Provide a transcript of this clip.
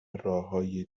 راههای